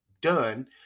done